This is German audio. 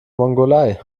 mongolei